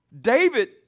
David